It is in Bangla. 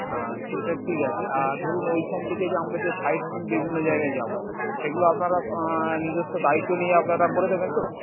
আচ্ছা এটা ঠিক আছে আর ধরুন ওইখান থেকে যে আমরা যে সাইড সিন বিভিন্ন জায়গায় যাবো সেগুলো আপনারা নিজস্ব দায়িত্ব নিয়ে আপনারা করে দেবেন তো